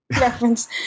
Reference